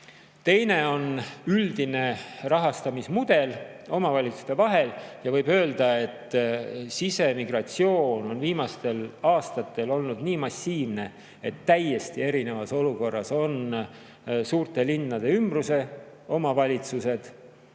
Teine on üldine rahastamismudel omavalitsuste vahel. Võib öelda, et sisemigratsioon on viimastel aastatel olnud nii massiivne, et täiesti erinevas olukorras on suurte linnade ümbruse omavalitsused,